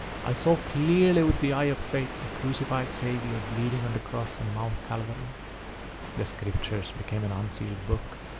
i saw clearly with the eye of faith the crucified saviour bleeding on the cross on mount calvary the scriptures became an unsealed book,